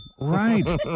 right